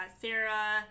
Sarah